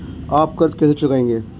आप कर्ज कैसे चुकाएंगे?